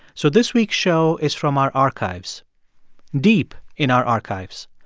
so this week's show is from our archives deep in our archives.